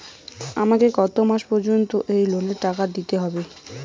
আমাকে কত মাস পর্যন্ত এই লোনের টাকা দিতে হবে?